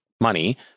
money